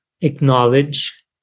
acknowledge